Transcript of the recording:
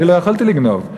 אני לא יכולתי לגנוב,